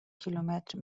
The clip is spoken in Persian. کیلومتر